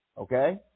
Okay